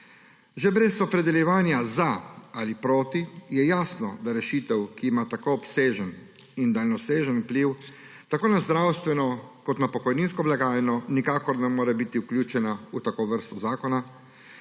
Že brez opredeljevanja za ali proti je jasno, da rešitev, ki ima tako obsežen in daljnosežen vpliv tako na zdravstveno kot na pokojninsko blagajno, nikakor ne more biti vključena v tako vrsto zakona,